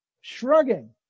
shrugging